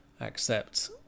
accept